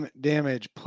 Damage